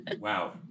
Wow